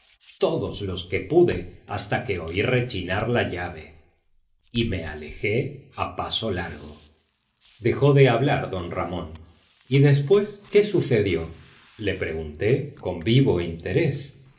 todos los que pude hasta que oí rechinar la llave y me alejé a paso largo dejó de hablar d ramón y después qué sucedió le pregunté con vivo interés